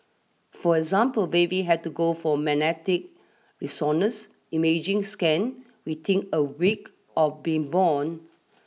for example babies had to go for magnetic resonance imaging scan within a week of being born